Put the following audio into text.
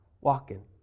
walking